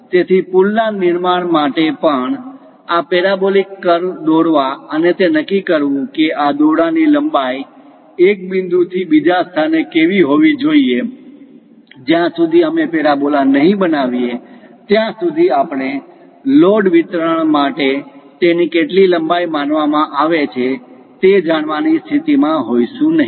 તેથી પુલના નિર્માણ માટે પણ આ પેરાબોલિક કર્વ દોરવા અને તે નક્કી કરવું કે આ દોરડાની લંબાઈ એક બિંદુથી બીજા સ્થાને કેવી હોવી જોઈએ જ્યાં સુધી અમે પેરાબોલા નહીં બનાવીએ ત્યાં સુધી આપણે લોડ વિતરણ માટે તેની કેટલી લંબાઈ માનવામાં આવે છે તે જાણવાની સ્થિતિમાં હોઈશું નહીં